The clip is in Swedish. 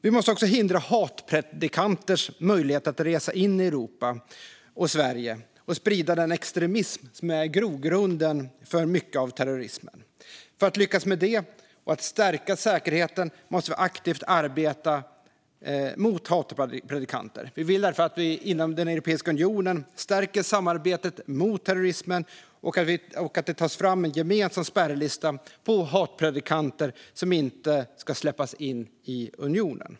Vi måste också hindra hatpredikanters möjlighet att resa in i Europa och Sverige och sprida den extremism som är en grogrund för mycket av terrorismen. För att lyckas med det och stärka säkerheten måste vi aktivt arbeta mot hatpredikanter. Vi vill därför att vi inom Europeiska unionen stärker samarbetet mot terrorismen och tar fram en gemensam spärrlista på hatpredikanter som inte ska släppas in i unionen.